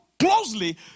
Closely